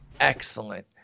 excellent